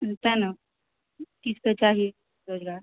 हूँ तै ने किछु तऽ चाही रोजगार